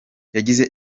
yagize